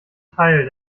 teil